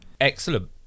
Excellent